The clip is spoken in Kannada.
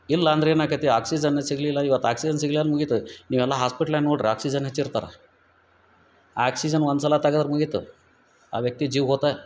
ಇಲ್ಲಾಂದ್ರ ಏನಾಕ್ಕತ್ತಿ ಆಕ್ಸಿಜನ್ ಸಿಗಲಿಲ್ಲ ಇವತ್ತು ಆಕ್ಸಿಜನ್ ಸಿಗ್ಲಾರ ಮುಗೀತು ನೀವೆಲ್ಲ ಹಾಸ್ಪಿಟ್ಲ ನೋಡ್ರಿ ಆಕ್ಸಿಜನ್ ಹಚ್ಚಿರ್ತಾರೆ ಆಕ್ಸಿಜನ್ ಒಂದ್ಸಲ ತಗದ್ರ ಮುಗಿತು ಆ ವ್ಯಕ್ತಿ ಜೀವ ಹೊತು